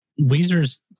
Weezer's